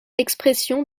expression